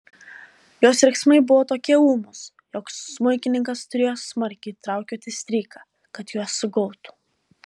jos riksmai buvo tokie ūmūs jog smuikininkas turėjo smarkiai traukioti stryką kad juos sugautų